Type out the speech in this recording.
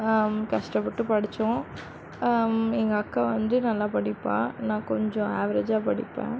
கஷ்டப்பட்டு படித்தோம் எங்கள் அக்கா வந்து நல்லா படிப்பாள் நான் கொஞ்சம் ஆவரேஜா படிப்பேன்ன்